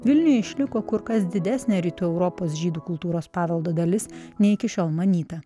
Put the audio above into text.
vilniuje išliko kur kas didesnė rytų europos žydų kultūros paveldo dalis nei iki šiol manyta